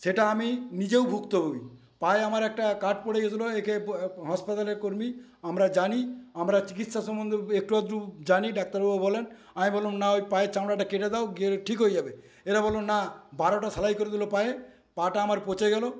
সেটা আমি নিজেও ভুক্তভুগী পায়ে আমার একটা কাঠ পড়ে গেছিলো একে হাসপাতালের কর্মী আমরা জানি আমরা চিকিৎসা সম্বন্ধে একটু আধটু জানি ডাক্তারবাবু বলেন আমি বললাম না ওই পায়ের চামড়াটা কেটে দাও ঠিক হয়ে যাবে এরা বললো না বারোটা সেলাই করে দিলো পায় পাটা আমার পচে গেলো